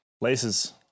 Laces